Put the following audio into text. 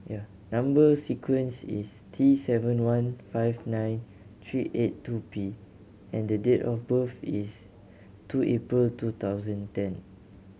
number sequence is T seven one five nine three eight two P and the date of birth is two April two thousand ten